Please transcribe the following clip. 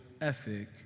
ethic